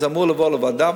זה אמור לבוא לוועדה,